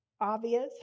obvious